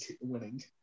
winning